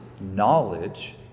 knowledge